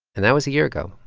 and that was a year ago,